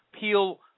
peel